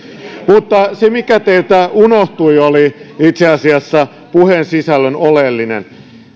mutta se mikä teiltä unohtui oli itse asiassa puheen sisällön oleellinen